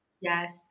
Yes